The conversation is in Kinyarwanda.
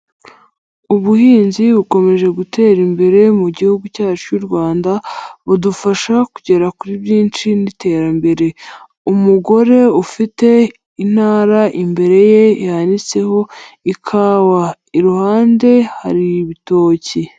Ubuhinzi bukomeje gutera imbere mu Gihugu cyacu cy'u Rwanda budufasha kugera kuri byinshi n'iterambere, umugore ufite intara imbere ye yanitseho ikawa, iruhande hari ibitoki.